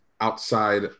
outside